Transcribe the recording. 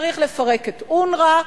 צריך לפרק את אונר"א,